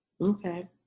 Okay